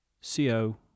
C-O